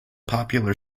popular